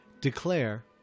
declare